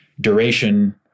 duration